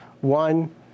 One